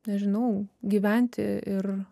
nežinau gyventi ir